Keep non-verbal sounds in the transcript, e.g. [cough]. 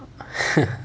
[laughs]